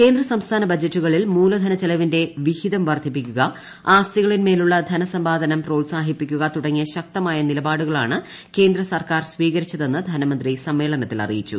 കേന്ദ്ര സംസ്ഥാന ബജറ്റുകളിൽ മൂലധന ചെലവിന്റെ വിഹിതം വർദ്ധിപ്പിക്കുക ആസ്തികളിൽമേലുള്ള ധനസമ്പാദനം പ്രോത്സാഹിപ്പിക്കുക തുടങ്ങിയ ശക്തമായ നിലപാടുകളാണ് കേന്ദ്ര സർക്കാർ സ്വീകരിച്ചതെന്ന് ധനമന്ത്രി സമ്മേളനത്തിൽ അറിയിച്ചു